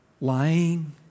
Lying